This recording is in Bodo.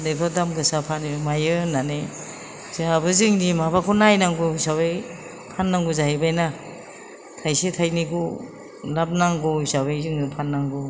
मैगं दामगोसा फानो मायो होननानै जोंहाबो जोंनि माबाखौ नायनांगौ हिसाबै फाननांगौ जाहैबायना थायसे थायनैखौ लाब नांगौ हिसाबै फाननांगौ